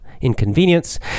inconvenience